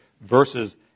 versus